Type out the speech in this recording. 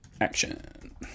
action